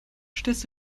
stellst